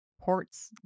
ports